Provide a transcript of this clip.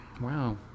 Wow